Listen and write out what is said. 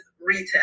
retail